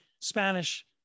Spanish